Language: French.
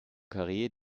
carrière